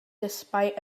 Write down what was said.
despite